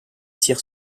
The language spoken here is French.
tire